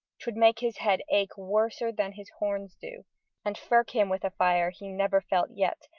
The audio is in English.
twould make his head ake worser than his horns do and firk him with a fire he never felt yet,